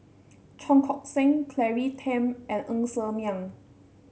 Cheong Koon Seng Claire Tham and Ng Ser Miang